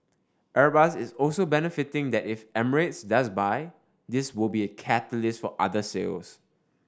airbus is also betting that if Emirates does buy this will be a catalyst for other sales